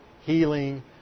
healing